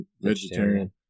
Vegetarian